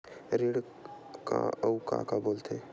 ऋण का अउ का बोल थे?